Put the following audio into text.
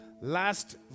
Last